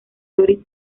doris